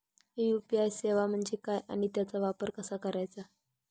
UPI सेवा म्हणजे काय आणि त्याचा वापर कसा करायचा?